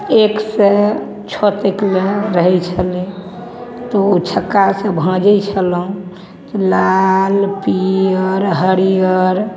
एकसँ छओ तक लए रहय छलय तऽ ओ छक्कासँ भाँजय छलहुँ तऽ लाल पियर हरियर